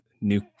new